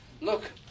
Look